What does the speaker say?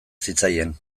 zitzaien